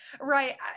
Right